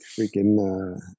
freaking